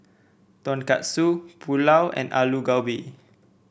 Tonkatsu Pulao and Alu Gobi